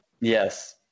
Yes